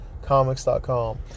comics.com